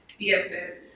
bfs